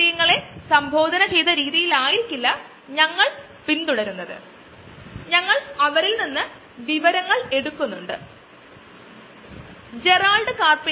എന്നാൽ പരിശുദ്ധമായ രൂപത്തിൽ അത് പെട്രോൾ ആയി കൂട്ടി ചേർത്താൽ അല്ലെങ്കിൽ ഗ്യാസ് കലർത്തിയ പക്ഷം ഇത് ചില രാജ്യങ്ങളിൽ കാറുകൾ ഉപയോഗിക്കുന്നു അത് ഒരു വളരെ നല്ല ഇന്ധനമാണിത്